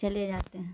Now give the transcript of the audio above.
چلے جاتے ہیں